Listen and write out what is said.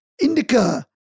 Indica